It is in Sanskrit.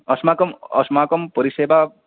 अस्माकम् अस्माकं परिषदा